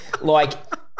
Like-